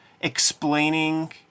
explaining